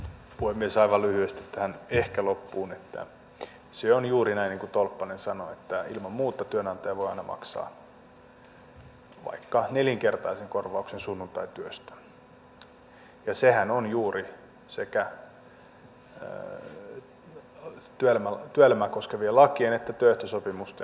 aivan lyhyesti tähän ehkä loppuun että se on juuri näin niin kuin tolppanen sanoi että ilman muuta työnantaja voi aina maksaa vaikka nelinkertaisen korvauksen sunnuntaityöstä ja sehän on juuri sekä työelämää koskevien lakien että työehtosopimusten idea